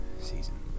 season